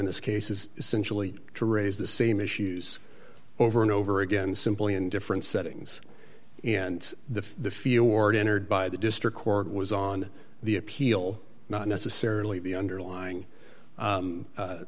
in this case is essentially to raise the same issues over and over again simply in different settings and the field order entered by the district court was on the appeal not necessarily the underlying